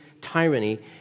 tyranny